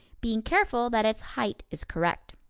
being careful that its height is correct.